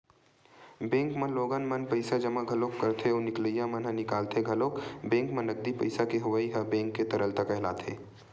bank म लोगन मन पइसा जमा घलोक करथे अउ निकलइया मन ह निकालथे घलोक बेंक म नगदी पइसा के होवई ह बेंक के तरलता कहलाथे